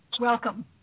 Welcome